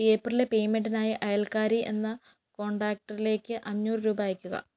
ഏപ്രിലിലെ payment ആയി അയൽക്കാരി എന്ന കോണ്ടാക്റ്റിലേക്ക് അഞ്ഞൂറ് രൂപ അയയ്ക്കുക